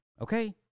okay